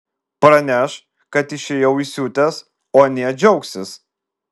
praneš kad išėjau įsiutęs o anie džiaugsis